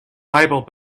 bible